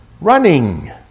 Running